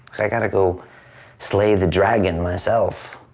i gotta go slay the dragon myself.